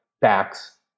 backs